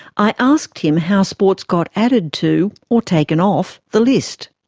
i asked him how sports got added to or taken off the list.